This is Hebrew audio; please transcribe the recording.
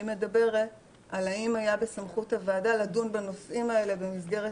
שמדברת על השאלה האם היה בסמכות הוועדה לדון בנושאים האלה במסגרת